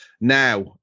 Now